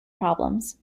problems